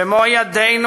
במו-ידינו,